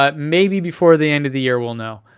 but maybe before the end of the year we'll know.